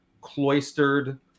cloistered